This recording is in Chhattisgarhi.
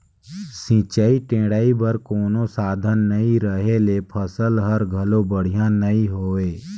सिंचई टेड़ई बर कोनो साधन नई रहें ले फसल हर घलो बड़िहा नई होय